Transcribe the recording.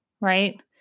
right